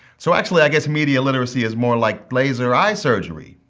so, actually i guess media literacy is more like laser eye surgery.